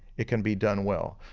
it can be done well.